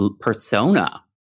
persona